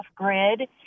off-grid